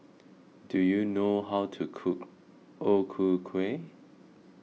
do you know how to cook O Ku Kueh